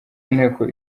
w’inteko